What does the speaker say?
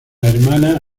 hermana